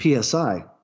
PSI